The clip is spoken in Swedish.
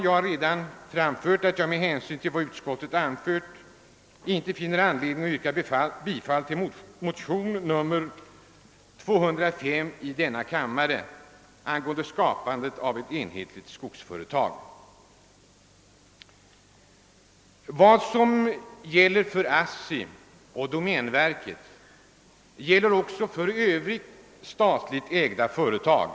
Jag har redan sagt att jag med hänsyn till vad utskottet framhållit inte finner anledning att yrka bifall till motion II:205 angående skapande av ett enhetligt skogsföretag. Vad som gäller för ASSI och domänverket gäller också för övriga statligt ägda företag.